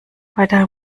weitere